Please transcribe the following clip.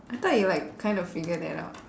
I thought you like kind of figured that out